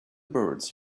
birds